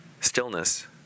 stillness